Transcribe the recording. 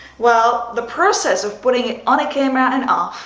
well, the process of putting it on a camera and ah